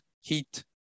heat